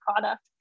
product